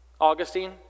Augustine